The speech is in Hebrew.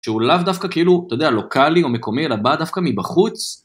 שהוא לאו דווקא כאילו, אתה יודע, לוקאלי או מקומי אלא בא דווקא מבחוץ.